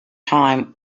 time